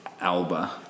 Alba